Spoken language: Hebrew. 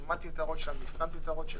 שמעתי את ההערות שלהם והפנמתי אותן.